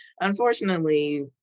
unfortunately